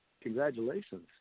Congratulations